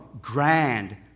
grand